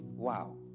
Wow